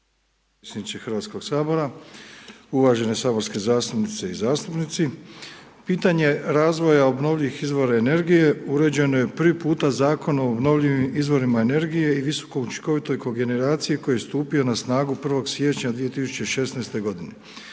Hrvatskoga sabora, uvažene saborske zastupnice i zastupnici, pitanje razvoja obnovljivih izvora energije uređeno je prvi puta Zakonom o obnovljivim izvorima energije i visokoučinkovitoj kogeneraciji koji je stupio na snagu 1. siječnja 2016. godine.